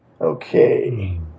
Okay